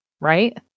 Right